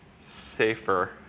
safer